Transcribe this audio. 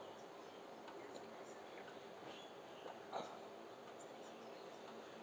uh